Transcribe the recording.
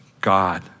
God